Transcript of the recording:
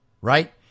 right